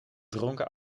dronken